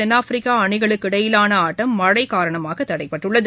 தென்னாப்பிரிக்காஅணிகளுக்கு இடையேயானஆட்டம் மழைகாரணமாகதடைபட்டுள்ளது